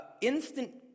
instant